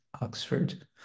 Oxford